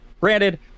Granted